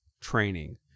training